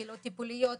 קהילות טיפוליות,